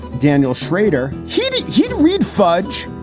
daniel shrader, he he'd read fudge.